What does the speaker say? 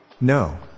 No